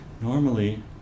Normally